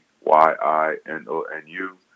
Y-I-N-O-N-U